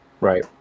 Right